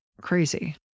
Crazy